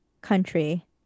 country